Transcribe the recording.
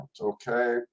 Okay